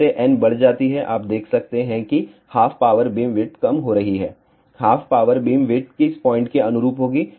जैसे n बढ़ जाती है आप देख सकते हैं कि हाफ पावर बीमविड्थ कम हो रही है हाफ पावर बीमविड्थ किस पॉइंट के अनुरूप होगी